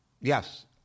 Yes